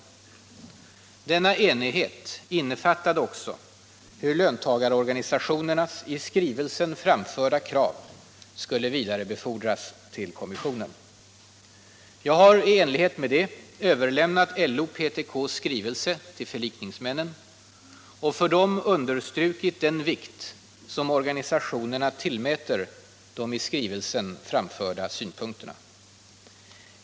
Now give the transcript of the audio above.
Denna enighet innefattade också hur löntagarorganisationernas i skrivelsen framförda krav skulle vidarebefordras till kommissionen. Jag har i enlighet därmed överlämnat LO-PTK:s skrivelse till förlikningsmännen och för dem understrukit den vikt som organisationerna tillmäter de i skrivelsen framförda synpunkterna.